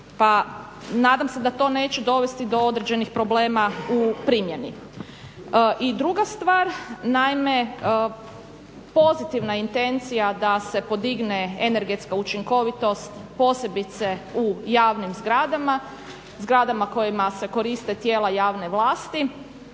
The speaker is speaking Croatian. pa nadam se da to neće dovesti do određenih problema u primjeni. I druga stvar, naime pozitivna intencija da se podigne energetska učinkovitost posebice u javnim zgradama, zgradama kojima se koriste tijela javne vlasti,